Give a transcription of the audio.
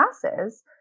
classes